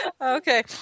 Okay